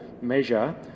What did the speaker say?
measure